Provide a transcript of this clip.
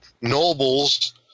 nobles –